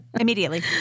Immediately